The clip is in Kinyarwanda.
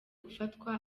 gufatwa